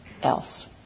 else